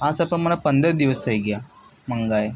હા સર પણ મને પંદર દિવસ થઈ ગયા મંગાવે